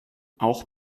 auch